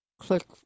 Click